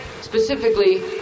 specifically